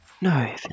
no